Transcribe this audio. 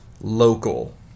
local